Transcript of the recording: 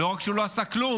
לא רק שהוא לא עשה כלום,